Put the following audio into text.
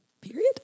Period